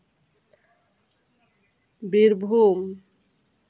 Birbhum